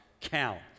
count